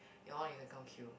you all you can come kill